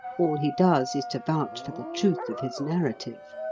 all he does is to vouch for the truth of his narrative.